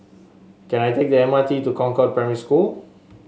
can I take the M R T to Concord Primary School